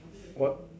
what